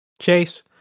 Chase